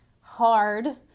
hard